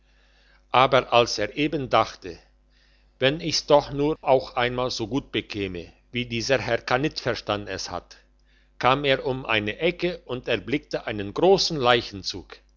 aber als er eben dachte wenn ich's doch nur auch einmal so gut bekäme wie dieser herr kannitverstan es hat kam er um eine ecke und erblickte einen grossen leichenzug